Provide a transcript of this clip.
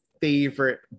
favorite